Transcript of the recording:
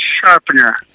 sharpener